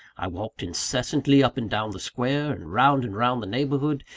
i walked incessantly up and down the square, and round and round the neighbourhood,